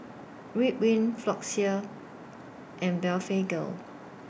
Ridwind Floxia and Blephagel